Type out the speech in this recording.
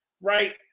right